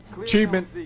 Achievement